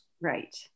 right